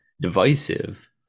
divisive